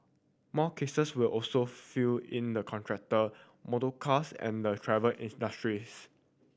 more cases will also filed in the contractor the motorcars and the travel industries